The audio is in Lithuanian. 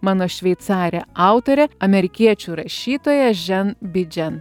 mano šveicarė autorė amerikiečių rašytoja žen bidžen